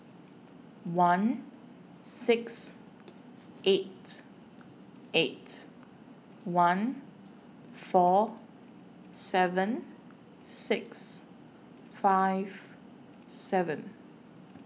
one six eight eight one four seven six five seven